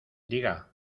diga